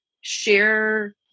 share